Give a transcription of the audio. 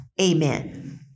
amen